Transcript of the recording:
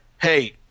hey